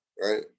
Right